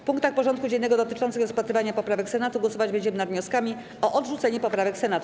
W punktach porządku dziennego dotyczących rozpatrywania poprawek Senatu głosować będziemy nad wnioskami o odrzucenie poprawek Senatu.